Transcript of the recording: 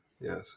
yes